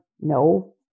no